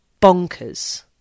bonkers